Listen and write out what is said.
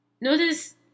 Notice